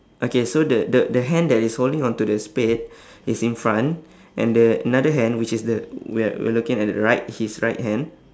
okay so the the the hand that is holding on to the spade is in front and the another hand which is the we are we are looking at it right his right hand